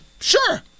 sure